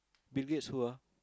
Bill-Gates who ah